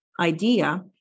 idea